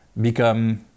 become